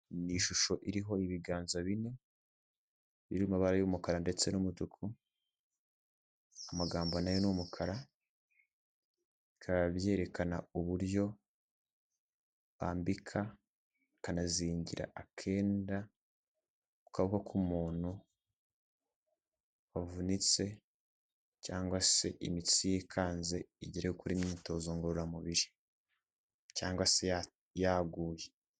Ni ishusho iriho ibiganza bine biri mu mabara y'umukara ndetse n'umutuku, amagambo nayo n'umukara, bikaba byerekana uburyo bambika, ikanazingira akenda ku kaboko k'umuntu wavunitse cyangwa se imitsi yikanze igere kuri myitozo ngororamubiri cyangwa se yaguye.